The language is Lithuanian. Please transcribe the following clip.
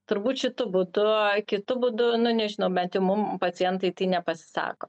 turbūt šitu būdu kitu būdu nu nežinau bent jau mum pacientai tai nepasisako